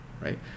right